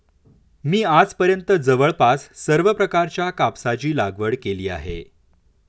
मी आजपर्यंत जवळपास सर्व प्रकारच्या कापसाची लागवड केली आहे